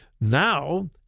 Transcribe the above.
Now